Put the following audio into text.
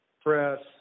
press